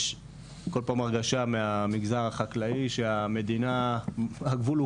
יש כל פעם הרגשה מהמגזר החקלאי שהגבול הוא